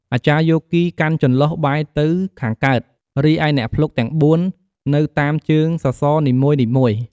អាចារ្យយោគីកាន់ចន្លុះបែរទៅខាងកើត រីឯអ្នកភ្លុកទាំងបួននៅតាមជើងសសរនីមួយៗ។